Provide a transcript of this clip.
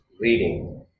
reading